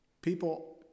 people